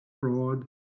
fraud